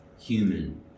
human